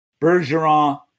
Bergeron